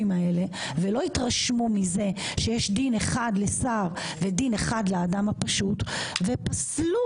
האלה ולא התרשמו מזה שיש דין אחד לשר ודין אחד לאדם הפשוט ופסלו